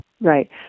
Right